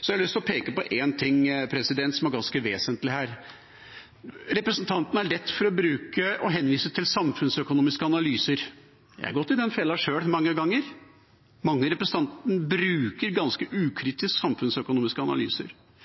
Så har jeg lyst til å peke på en ting som er ganske vesentlig her. Representantene har lett for å bruke og henvise til samfunnsøkonomiske analyser, og jeg har gått i den fella sjøl mange ganger. Mange representanter bruker ganske ukritisk samfunnsøkonomiske analyser.